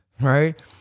Right